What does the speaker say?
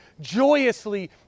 joyously